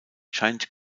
scheint